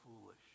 foolish